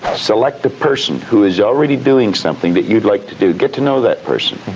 select a person who is already doing something that you'd like to do get to know that person.